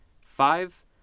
Five